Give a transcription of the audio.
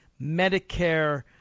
Medicare